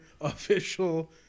official